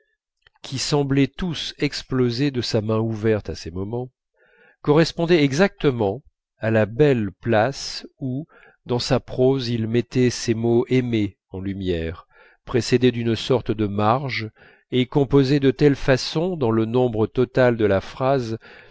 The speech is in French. exactement à la belle place où dans sa prose il mettait ces mots aimés en lumière précédés d'une sorte de marge et composés de telle façon dans le nombre total de la phrase